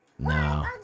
No